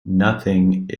nothing